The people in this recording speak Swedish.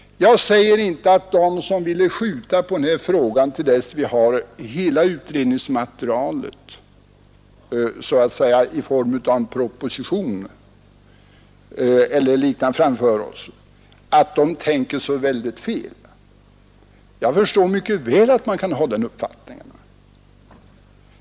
Jag vill inte påstå att de som vill skjuta på frågan till dess att vi har hela utredningsmaterialet framför oss i form av en proposition eller liknande tänker fel; jag förstår mycket väl att man kan ha den uppfattningen.